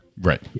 Right